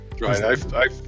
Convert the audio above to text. Right